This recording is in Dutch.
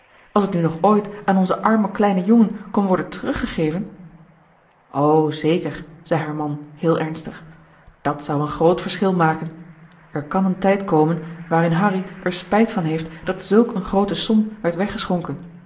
als het nu nog ooit aan onzen armen kleinen jongen kon worden teruggegeven o zeker zei haar man heel ernstig dat zou een groot verschil maken er kan een tijd komen waarin harry er spijt van heeft dat zulk een groote som werd weggeschonken